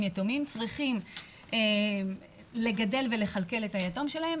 יתומים צריכים לגדל ולכלכל את היתום שלהם